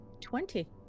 Twenty